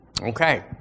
Okay